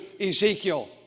Ezekiel